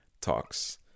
talks